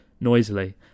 noisily